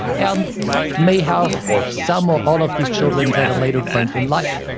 yeah um may have some or all of these children at a later point in life.